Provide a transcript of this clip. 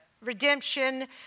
redemption